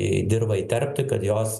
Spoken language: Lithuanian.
į dirvą įterpti kad jos